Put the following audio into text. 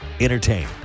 Entertain